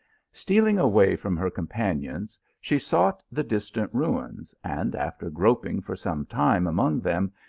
stealing away from her companions, she sought the distant ruins, and after groping for some time among them,